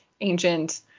ancient